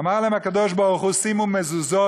אמר להם הקב"ה: שימו מזוזות,